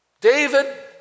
David